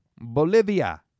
Bolivia